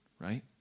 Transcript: right